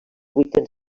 vuitens